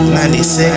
96